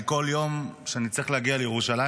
כל יום שאני צריך להגיע לירושלים,